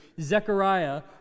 Zechariah